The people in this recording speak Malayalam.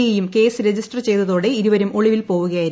ഐയും കേസ് രജിസ്റ്റർ ചെയ്തതോടെ ഇരുവരും ഒളിവിൽ പോകുകയായിരുന്നു